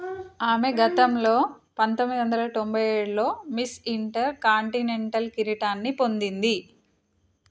ఆమె గతంలో పంతొమ్మిది వందల తొంభై ఏడులో మిస్ ఇంటర్ కాంటినెంటల్ కిరీటాన్ని పొందింది